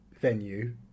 venue